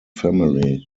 family